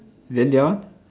then the other one